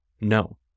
No